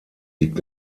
liegt